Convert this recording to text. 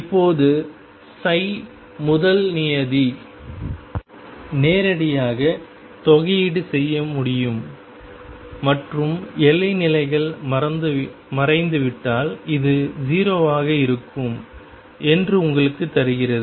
இப்போது முதல் நியதி நேரடியாக தொகையீடு முடியும் மற்றும் எல்லை நிலையில் மறைந்துவிட்டால் இது 0 ஆக இருக்கும் என்று உங்களுக்குத் தருகிறது